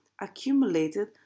accumulated